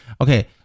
Okay